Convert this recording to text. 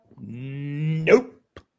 Nope